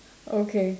okay